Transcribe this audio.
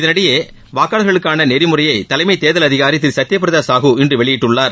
இதனிடையே வாக்காளர்களுக்கான நெறிமுறையை தலைமை தேர்தல் அதிகாரி திரு சத்ய பிரதா சாஹூ இன்று வெளியிட்டுள்ளார்